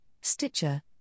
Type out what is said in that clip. Stitcher